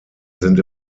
sind